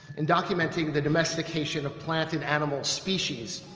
in documenting the domestication of plant and animal species.